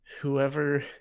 whoever